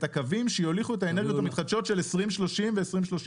הקווים שיוליכו את האנרגיות המתחדשות של 2030 ו-2031,